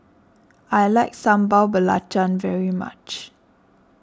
I like Sambal Belacan very much